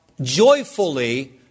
joyfully